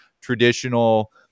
traditional